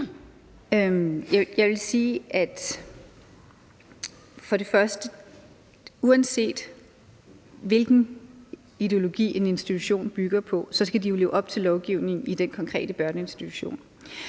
Jeg vil sige, at uanset hvilken ideologi en institution bygger på, skal de jo leve op til lovgivningen i den konkrete børneinstitution.